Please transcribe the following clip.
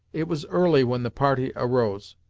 it was early when the party arose,